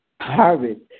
harvest